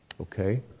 Okay